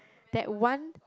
that one